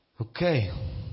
Okay